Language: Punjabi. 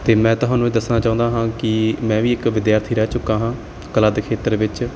ਅਤੇ ਮੈਂ ਤੁਹਾਨੂੰ ਇਹ ਦੱਸਣਾ ਚਾਹੁੰਦਾ ਹਾਂ ਕਿ ਮੈਂ ਵੀ ਇੱਕ ਵਿਦਿਆਰਥੀ ਰਹਿ ਚੁੱਕਾ ਹਾਂ ਕਲਾ ਦੇ ਖੇਤਰ ਵਿੱਚ